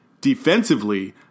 Defensively